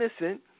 innocent